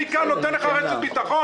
אני כאן נותן לך רשת ביטחון?